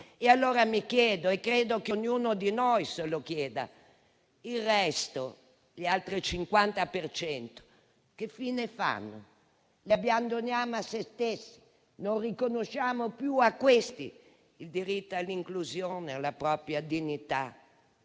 allora, e credo che ognuno di noi se lo chieda: il resto, l'altro 50 per cento che fine fa? Lo abbandoniamo a sé stesso? Non riconosciamo più a questi il diritto all'inclusione, alla propria dignità?